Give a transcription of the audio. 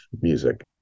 music